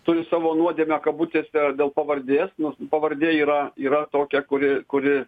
turi savo nuodėmę kabutėse dėl pavardės nors pavardė yra yra tokia kuri kuri